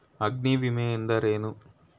ಅಗ್ನಿವಿಮೆ ಎಂದರೇನು?